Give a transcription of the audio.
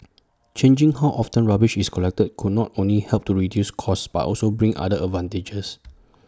changing how often rubbish is collected could not only help to reduce costs but also bring other advantages